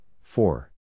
four